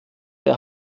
der